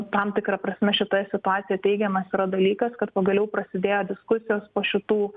tam tikra prasme šitoje situacijoje teigiamas yra dalykas kad pagaliau prasidėjo diskusijos po šitų